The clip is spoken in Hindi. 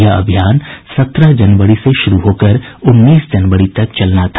यह अभियान सत्रह जनवरी से शुरू होकर उन्नीस जनवरी तक चलना था